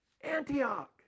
Antioch